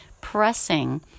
pressing